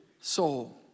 soul